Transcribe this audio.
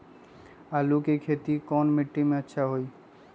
आलु के खेती कौन मिट्टी में अच्छा होइ?